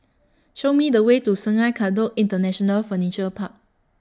Show Me The Way to Sungei Kadut International Furniture Park